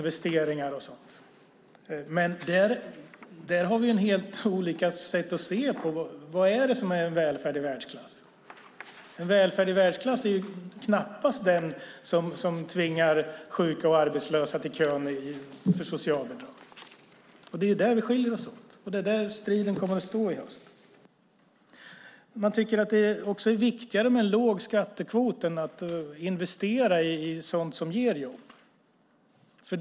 Vi har dock helt olika syn på vad som är välfärd i världsklass. En välfärd i världsklass är knappast den som tvingar sjuka och arbetslösa till kön för socialbidrag. Det är där vi skiljer oss åt, och det är där striden kommer att stå i höst. Ni tycker att det är viktigare att ha en låg skattekvot än att investera i sådant som ger jobb.